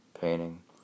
painting